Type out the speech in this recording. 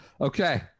Okay